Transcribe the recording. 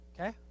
Okay